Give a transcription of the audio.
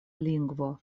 lingvo